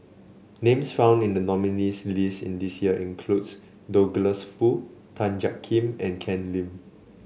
names found in the nominees' list in this year includes Douglas Foo Tan Jiak Kim and Ken Lim